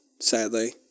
sadly